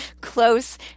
close